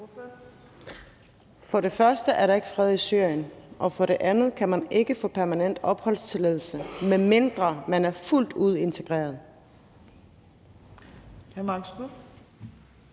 For det første er der ikke fred i Syrien, og for det andet kan man ikke få permanent opholdstilladelse, medmindre man er fuldt ud integreret.